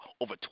over